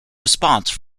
response